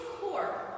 core